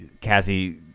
Cassie